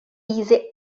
easy